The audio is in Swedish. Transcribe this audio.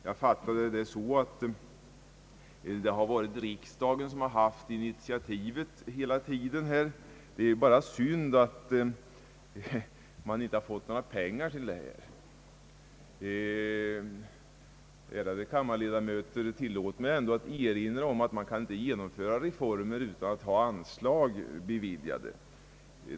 Jag fattade det så att han ansåg att riksdagen skulle ha haft initiativet hela tiden; det är bara synd att några peng ar inte har beviljats för detta ändamål. Tillåt mig, ärade kammarledamöter, erinra om att man inte kan genomföra reformer utan att anslag beviljas.